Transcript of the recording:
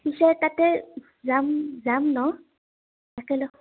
পিছে তাতে যাম যাম নহ্ তাকে লগ